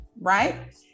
right